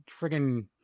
friggin